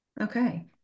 Okay